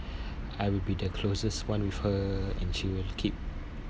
I will be the closest one with her and she will keep